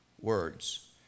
words